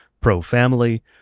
pro-family